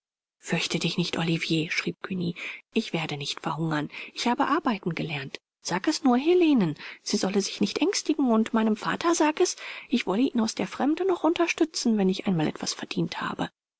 fürchte dich nicht olivier schrieb cugny ich werde nicht verhungern ich habe arbeiten gelernt sag es nur helenen sie solle sich nicht ängstigen und meinem vater sag es ich wolle ihn aus der fremde noch unterstützen wenn ich einmal etwas verdient habe